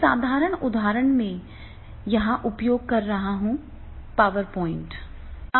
एक साधारण उदाहरण मैं यहाँ उपयोग कर रहा हूँ पावर प्वाइंट है